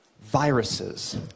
viruses